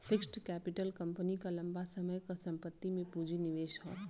fixed capital company क लंबा समय क संपत्ति में पूंजी निवेश हौ